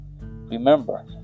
Remember